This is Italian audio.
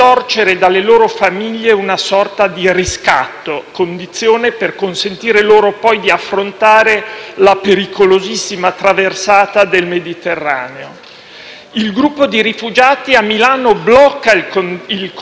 Il gruppo di rifugiati a Milano blocca il connazionale, gli contesta le atrocità commesse, ma decide di non farsi giustizia da solo, bensì di denunciarlo alla polizia.